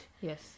yes